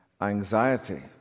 anxiety